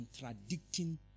contradicting